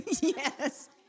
Yes